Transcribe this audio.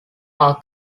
are